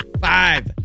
Five